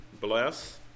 bless